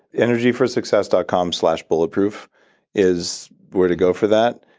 energyforsuccess dot com slash bulletproof is where to go for that,